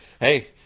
hey